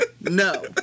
no